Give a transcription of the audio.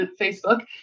Facebook